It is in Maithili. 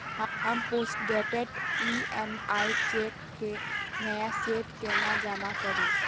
हम पोस्टडेटेड ई.एम.आई चेक केँ नया सेट केना जमा करू?